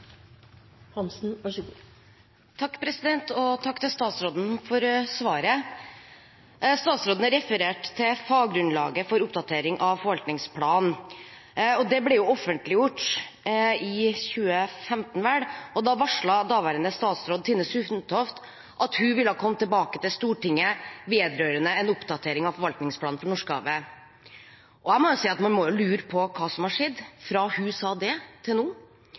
Takk til statsråden for svaret. Statsråden refererte til faggrunnlaget for oppdatering av forvaltningsplanen. Det ble offentliggjort i 2015, var det vel, og da varslet daværende statsråd Tine Sundtoft at hun ville komme tilbake til Stortinget vedrørende en oppdatering av forvaltningsplanen for Norskehavet. Jeg må si at man må lure på hva som har skjedd fra hun sa det, til nå.